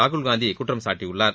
ராகுல்காந்தி குற்றம் சாட்டியுள்ளார்